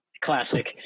Classic